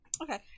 Okay